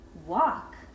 walk